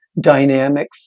dynamic